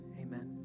amen